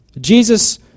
Jesus